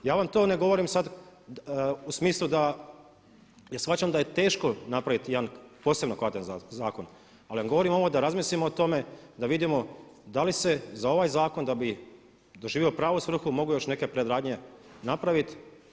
Ja vam to ne govorim sad u smislu da jer shvaćam da je teško napraviti jedan posebno kvalitetan zakon ali vam govorim ovo da razmislimo o tome, da vidimo da li se za ovaj zakon da bi doživio pravu svrhu mogle još neke predradnje napraviti.